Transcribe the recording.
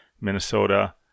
Minnesota